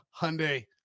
hyundai